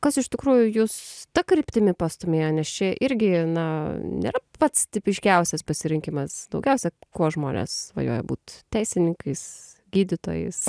kas iš tikrųjų jus ta kryptimi pastūmėjo nes čia irgi na nėra pats tipiškiausias pasirinkimas daugiausia kuo žmonės svajoja būt teisininkais gydytojais